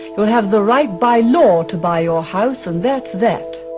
you'll have the right by law to buy your house, and that's that.